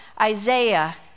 Isaiah